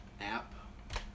app